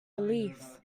relief